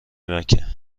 مکه